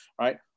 right